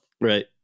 Right